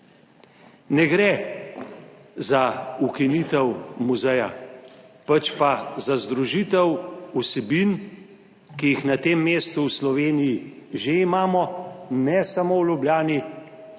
Ne gre za ukinitev muzeja, pač pa za združitev vsebin, ki jih na tem mestu v Sloveniji že imamo ne samo v Ljubljani,